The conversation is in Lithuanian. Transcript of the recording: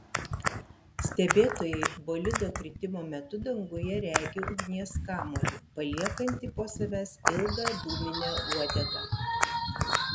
stebėtojai bolido kritimo metu danguje regi ugnies kamuolį paliekantį po savęs ilgą dūminę uodegą